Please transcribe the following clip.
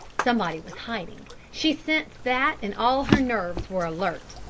somebody was hiding. she sensed that and all her nerves were alert.